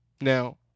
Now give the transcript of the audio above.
Now